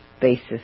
basis